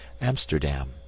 Amsterdam